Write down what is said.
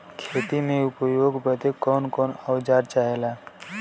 खेती में उपयोग बदे कौन कौन औजार चाहेला?